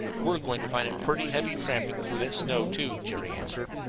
we're going to find it pretty heavy tramping through that snow, too, jerry answered.